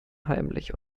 heimlich